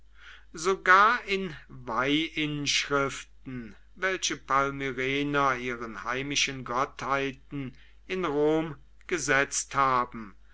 sogar in weihinschriften welche palmyrener ihren heimischen gottheiten in rom gesetzt haben